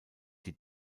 die